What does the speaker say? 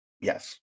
Yes